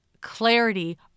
clarity